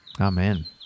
Amen